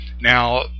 Now